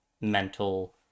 mental